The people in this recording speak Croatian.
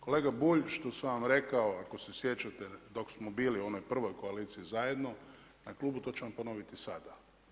Kolega Bulj, što sam vam rekao, ako se sjećate dok smo bili u onoj prvoj koaliciji zajedno na klubu to ću vam ponoviti sada.